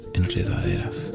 enredaderas